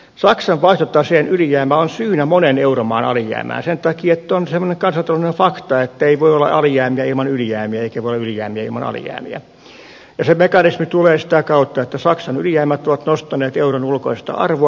saksan vaihtotaseen ylijäämä on syynä monen euromaan alijäämään sen takia että on semmoinen kansantaloudellinen fakta ettei voi olla alijäämiä ilman ylijäämiä eikä voi olla ylijäämiä ilman alijäämiä ja se mekanismi tulee sitä kautta että saksan ylijäämät ovat nostaneet euron ulkoista arvoa